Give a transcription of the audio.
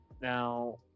Now